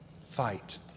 fight